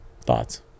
Thoughts